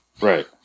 right